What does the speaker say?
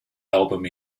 album